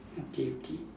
okay okay